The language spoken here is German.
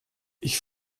ich